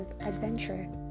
adventure